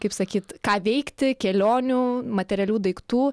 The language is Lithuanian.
kaip sakyt ką veikti kelionių materialių daiktų